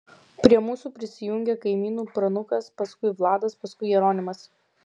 prie mūsų prisijungė kaimynų pranukas paskui vladas paskui jeronimas